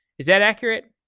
is that accurate?